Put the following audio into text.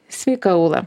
sveika ūla